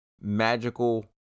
magical